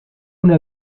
una